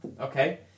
okay